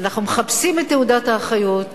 אנחנו מחפשים את תעודת האחריות,